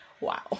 Wow